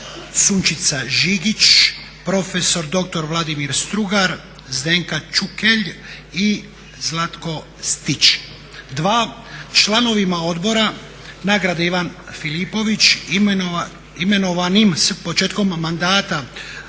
Sunčica Žigić, prof.dr. Vladimir Strugar, Zdenka Čukelj i Zlatko Stić. Dva, članovima Odbora nagrade "Ivan Filipović" imenovanim s početkom mandata